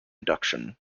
induction